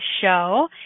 show